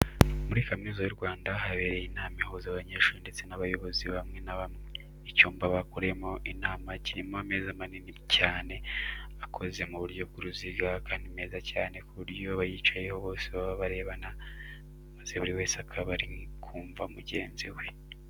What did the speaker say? Muri kaminuza y'u Rwanda habereye inama ihuza abanyeshuri ndetse n'abayobozi bamwe na bamwe. Icyumba bakoreyemo inama kirimo ameza manini cyane akoze mu buryo bw'uruziga kandi meza cyane ku buryo iyo bayicayeho bose baba barebana maze buri wese akaba ari kumva mugenzi we.